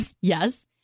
yes